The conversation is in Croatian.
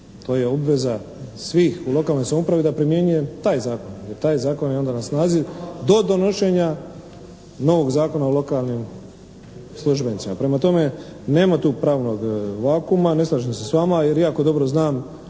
to je obveza svih u lokalnoj samoupravi da primjenjuje taj zakon, jer taj zakon je onda na snazi do donošenja novog Zakona o lokalnim službenicima. Prema tome, nema tu pravnog vakuuma, ne slažem se s vama, jer jako dobro znam